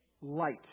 light